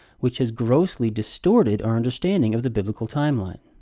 which has grossly distorted our understanding of the biblical timeline.